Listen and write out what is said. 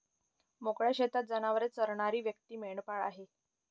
मोकळ्या शेतात जनावरे चरणारी व्यक्ती मेंढपाळ आहे